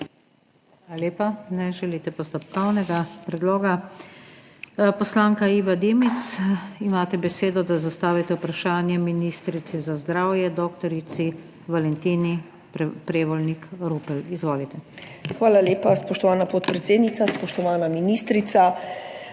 Hvala lepa. Ne želite postopkovnega predloga. Poslanka Iva Dimic, imate besedo, da zastavite vprašanje ministrici za zdravje dr. Valentini Prevolnik Rupel. Izvolite. **IVA DIMIC (PS NSi):** Hvala lepa, spoštovana podpredsednica. Spoštovana ministrica,